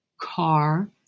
car